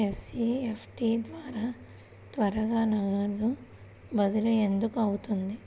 NEFT ద్వారా త్వరగా నగదు బదిలీ ఎందుకు అవుతుంది?